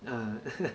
ah